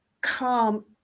calm